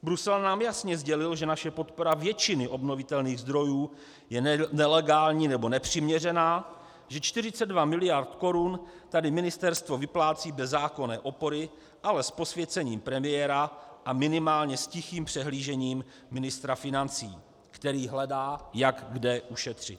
Brusel nám jasně sdělil, že naše podpora většiny obnovitelných zdrojů je nelegální nebo nepřiměřená, že 42 mld. korun tady ministerstvo vyplácí bez zákonné opory, ale s posvěcením premiéra a minimálně s tichým přihlížením ministra financí, který hledá, jak kde ušetřit.